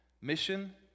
mission